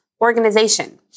organization